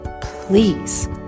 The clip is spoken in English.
please